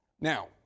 Now